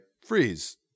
freeze